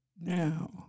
now